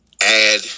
add